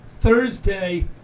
Thursday